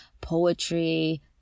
poetry